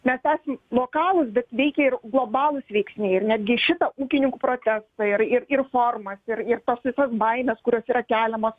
mes esam lokalūs bet veikia ir globalūs veiksniai ir netgi į šitą ūkininkų protestą ir ir formas ir ir paskui baimes kurios yra keliamos